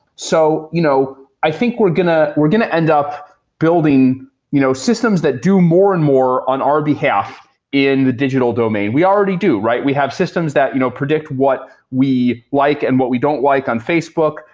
so you know i think we're going ah we're going to end up building you know systems that do more and more on our behalf in the digital domain. we already do, right? we have systems that you know predict what we like and what we don't like on facebook.